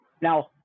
Now